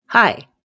Hi